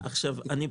אייכלר,